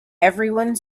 everyone